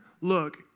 look